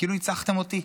כאילו ניצחתם אותי.